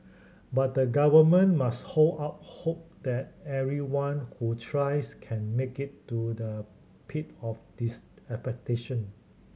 but the Government must hold out hope that everyone who tries can make it to the peak of this expectation